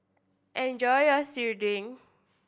enjoy your serunding